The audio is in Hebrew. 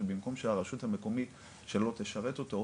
שבמקום שהרשות המקומית שלו תשרת אותו,